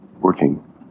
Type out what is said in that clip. working